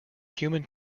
human